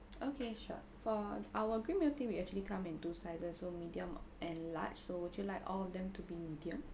okay sure for our green milk tea we actually come in two sizes so medium and large so would you like all of them to be medium